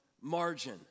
margin